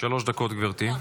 שלוש דקות, גברתי.